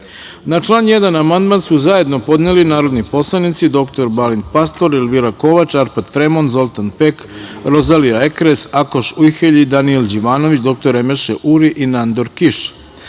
član 1. amandman su zajedno podneli narodni poslanici dr Balint Pastor, Elvira Kovač, Arpad Fremond, Zoltan Pek, Rozalija Ekres, Akoš Ujhelji, Danijel Đivanović, dr Emeše Uri i Nandor